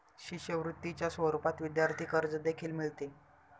शिष्यवृत्तीच्या स्वरूपात विद्यार्थी कर्ज देखील मिळते